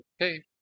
okay